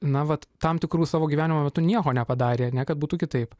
na vat tam tikru savo gyvenimo metu nieko nepadarė ar ne kad būtų kitaip